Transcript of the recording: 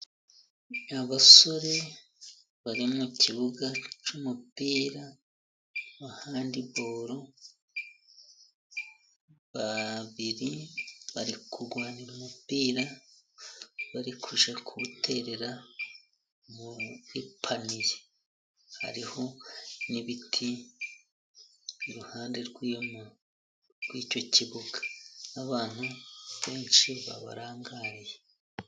Abasore bari mu kibuga cy'umupira wa handiboro babiri bari kurwanira umupira, bari kujya kuwuterera muri paniye. Hariho n'ibiti iruhande rw' icyo kibuga n'abantu benshi babarangariye.